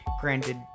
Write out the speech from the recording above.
Granted